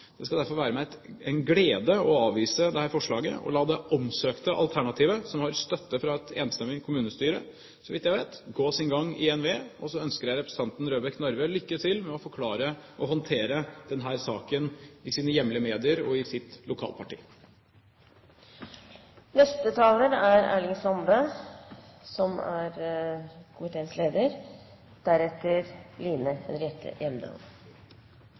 Det skal derfor være meg en glede å avvise dette forslaget, og la det omsøkte alternativet, som har støtte fra et enstemmig kommunestyre, så vidt jeg vet, gå sin gang i NVE. Så ønsker jeg representanten Røbekk Nørve lykke til med å forklare og håndtere denne saken i sine hjemlige medier og i sitt lokalparti. Det er ingen tvil om at Noreg, og spesielt Midt-Noreg, treng meir ny energi, og ytterlegare vasskraftproduksjon er